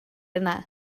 yna